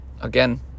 Again